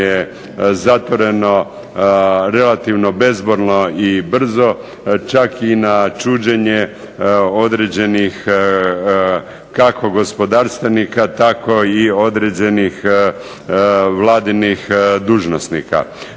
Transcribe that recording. je zatvoreno, relativno bezbolno i brzo, čak i na čuđenje određenih kako gospodarstvenika tako i određenih vladinih dužnosnika.